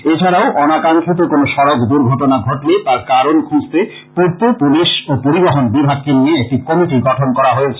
এছাড়াও অনাকাঙ্খিত কোন সড়ক দূর্ঘটনা ঘটলে তার কারন খুঁজতে পূর্ত্ত পুলিশ ও পরিবহন বিভাগকে নিয়ে একটি কমিটি গঠন করা হয়েছে